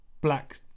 black